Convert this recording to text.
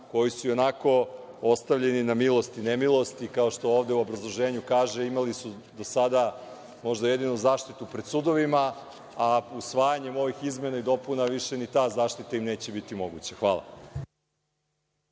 koji su i onako ostavljeni na milost i nemilost, kao što ovde u obrazloženju kaže, imali su do sada možda jedinu zaštitu pred sudovima, a usvajanjem ovih izmena i dopuna više i ta zaštita im neće biti moguća. Hvala. Na